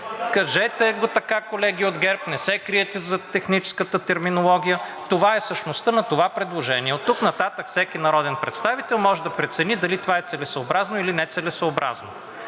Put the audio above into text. Вас!“)Кажете го така, колеги от ГЕРБ, не се крийте зад техническата терминология, това е същността на това предложени. Оттук нататък всеки народен представител може да прецени дали това е целесъобразно, или нецелесъобразно.